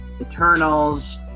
Eternals